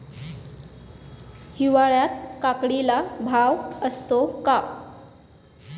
हिवाळ्यात काकडीला भाव असतो का?